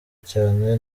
cyane